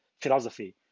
philosophy